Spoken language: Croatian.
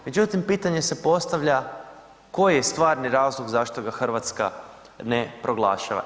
Međutim, pitanje se postavlja koji je stvari razlog zašto ga Hrvatska ne proglašava?